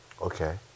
Okay